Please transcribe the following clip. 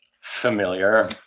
familiar